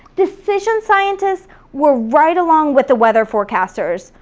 decision scientists were right along with the weather forecasters.